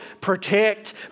protect